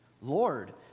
Lord